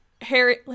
Harry